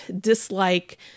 dislike